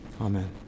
Amen